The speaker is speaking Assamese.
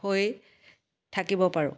হৈ থাকিব পাৰো